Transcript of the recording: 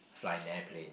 flying airplane